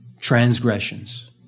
transgressions